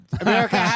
America